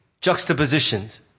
juxtapositions